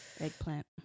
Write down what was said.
Eggplant